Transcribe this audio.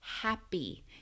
happy